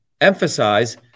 emphasize